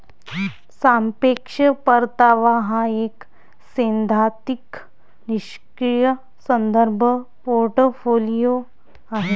सापेक्ष परतावा हा एक सैद्धांतिक निष्क्रीय संदर्भ पोर्टफोलिओ आहे